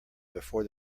before